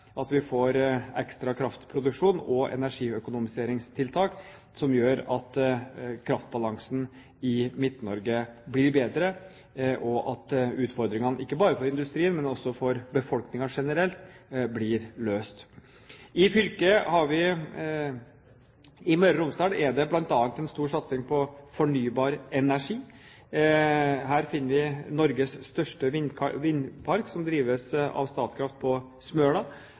at vi får ekstra kraftproduksjon og energiøkonomiseringstiltak som gjør at kraftbalansen i Midt-Norge blir bedre, og at utfordringene – ikke bare for industrien, men også for befolkningen generelt – blir løst. I Møre og Romsdal er det bl.a. en stor satsing på fornybar energi. Her finner vi Norges største vindpark som drives av Statkraft på Smøla.